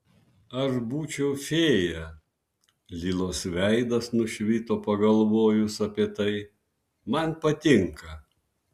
aš būčiau fėja lilos veidas nušvito pagalvojus apie tai man patinka